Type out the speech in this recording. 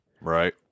right